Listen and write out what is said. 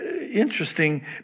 Interesting